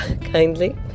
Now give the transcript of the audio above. kindly